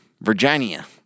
Virginia